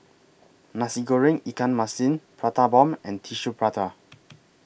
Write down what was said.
Nasi Goreng Ikan Masin Prata Bomb and Tissue Prata